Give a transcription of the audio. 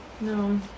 No